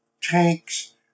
tanks